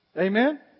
Amen